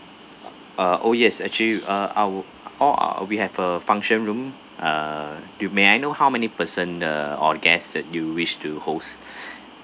uh oh yes actually uh our all are we have a function room uh do may I know how many person uh or guests that you wish to host